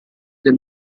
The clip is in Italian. del